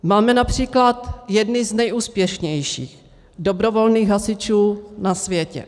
Máme například jedny z nejúspěšnějších dobrovolných hasičů na světě.